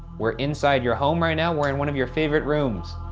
we're inside your home right now. we're in one of your favorite rooms.